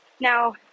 Now